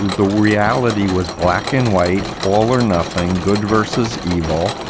the reality was black and white, all or nothing good versus evil.